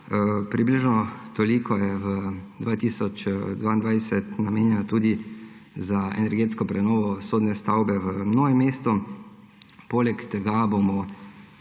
Približno toliko je v letu 2022 namenjenih tudi za energetsko prenovo sodne stavbe v Novem mestu. Poleg tega bomo